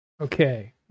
Okay